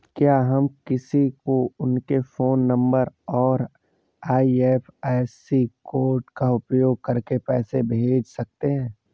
क्या हम किसी को उनके फोन नंबर और आई.एफ.एस.सी कोड का उपयोग करके पैसे कैसे भेज सकते हैं?